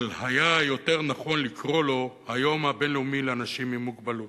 אבל היה יותר נכון לקרוא לו "היום הבין-לאומי לאנשים עם מוגבלות".